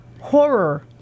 horror